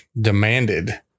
demanded